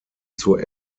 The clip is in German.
zur